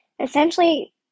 essentially